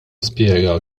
spjega